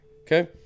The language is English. Okay